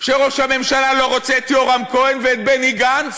שראש הממשלה לא רוצה את יורם כהן ואת בני גנץ